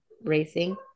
racing